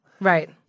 Right